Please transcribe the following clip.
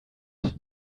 that